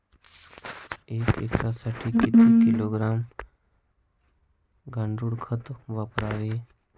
एक एकरसाठी किती किलोग्रॅम गांडूळ खत वापरावे?